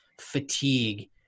fatigue